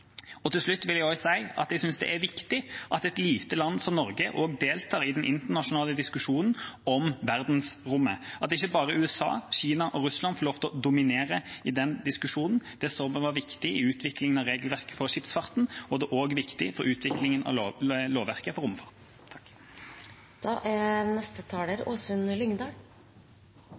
Til slutt vil jeg si at jeg synes det er viktig at et lite land som Norge også deltar i den internasjonale diskusjonen om verdensrommet, at ikke bare USA, Kina og Russland får lov til å dominere i den diskusjonen. Det så vi var viktig i utviklingen av regelverket for skipsfarten, og det er også viktig for utviklingen av lovverket for